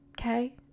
okay